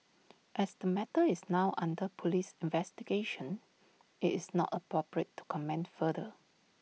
as the matter is now under Police investigation IT is not appropriate to comment further